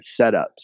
setups